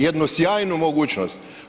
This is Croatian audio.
Jednu sjajnu mogućnost.